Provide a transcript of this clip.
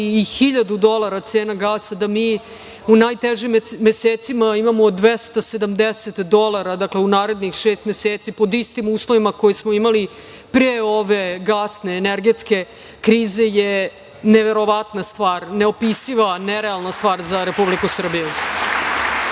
i 1.000 dolara cena gasa, da mi u najtežim mesecima imamo 270 dolara, dakle u narednih šest meseci, pod istim uslovima koje smo imali pre ove gasne, energetske krize je neverovatna stvar, neopisiva, nerealna stvar za Republiku Srbiju. Ako